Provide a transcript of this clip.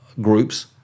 groups